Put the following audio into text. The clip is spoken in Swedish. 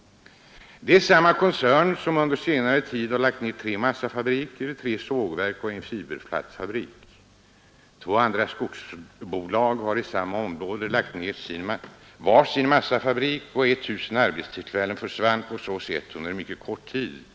Det är samma koncern som under senare tid lagt ner tre massafabriker, tre sågverk och en fiberplattfabrik. Två andra skogsbolag i samma område har lagt ned var sin massafabrik. 1 000 arbetstillfällen i Ådalen försvann på så sätt under en mycket kort tid.